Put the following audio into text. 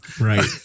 Right